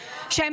שאגב,